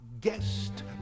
guest